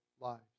lives